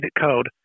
code